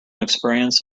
experience